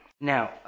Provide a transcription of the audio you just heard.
Now